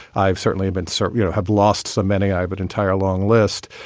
i've certainly been sort of, you know, have lost so many i but entire long list.